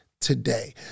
today